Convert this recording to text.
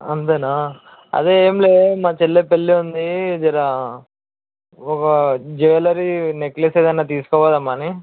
అంతేనా అదే ఏమి లేదు మా చెల్లి పెళ్ళి ఉంది జర ఒక జువెలరీ నెక్లెస్ ఏదన్న తీసుకుపోదాం అని